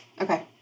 Okay